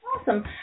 Awesome